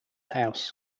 house